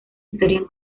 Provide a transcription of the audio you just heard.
estarían